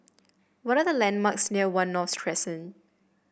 what are the landmarks near One North Crescent